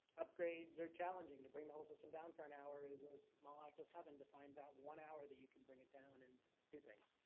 upgrades are challenging. to bring the whole system down for an hour is a small act of having to find out one hour that you can bring it down and do things.